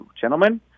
Gentlemen